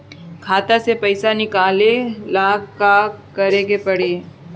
खाता से पैसा निकाले ला का करे के पड़ी?